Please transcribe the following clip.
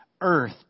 earth